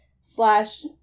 slash